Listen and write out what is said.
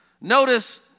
Notice